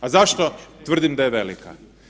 A zašto tvrdim da je velika?